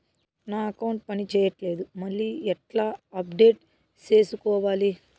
నా అకౌంట్ పని చేయట్లేదు మళ్ళీ ఎట్లా అప్డేట్ సేసుకోవాలి?